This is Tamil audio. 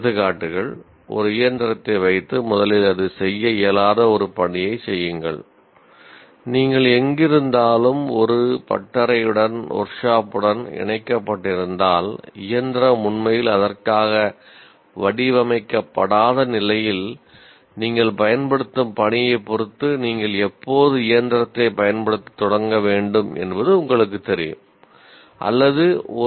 எடுத்துக்காட்டுகள் ஒரு இயந்திரத்தை வைத்து முதலில் அது செய்ய இயலாத ஒரு பணியைச் செய்யுங்கள் நீங்கள் எங்கிருந்தாலும் ஒரு